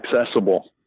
accessible